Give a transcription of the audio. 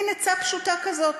מין עצה פשוטה כזו.